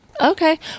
Okay